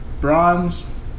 bronze